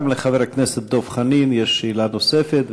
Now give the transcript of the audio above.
גם לחבר הכנסת דב חנין יש שאלה נוספת,